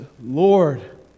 Lord